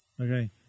okay